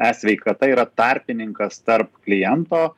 e sveikata yra tarpininkas tarp kliento